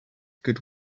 good